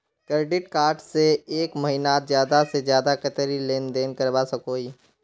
Credit card से एक महीनात ज्यादा से ज्यादा कतेरी लेन देन करवा सकोहो ही?